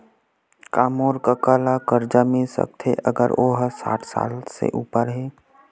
का मोर कका ला कर्जा मिल सकथे अगर ओ हा साठ साल से उपर हे?